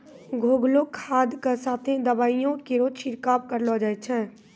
घोललो खाद क साथें दवाइयो केरो छिड़काव करलो जाय छै?